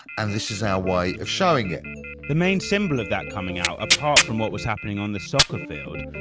and this is our way of showing it the main symbol of that coming out, apart from what was happening on the soccer field,